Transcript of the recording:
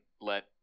let